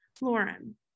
Lauren